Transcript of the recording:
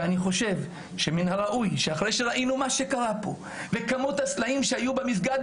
אני חושב שמן הראוי שאחרי שראינו מה שקרה פה וכמות הסלעים שהיו במסגד,